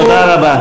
תודה רבה.